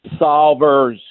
solvers